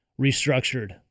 restructured